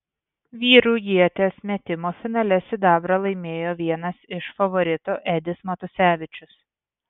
vyrų ieties metimo finale sidabrą laimėjo vienas iš favoritų edis matusevičius